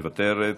מוותרת,